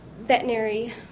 veterinary